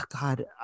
God